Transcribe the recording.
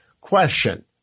Question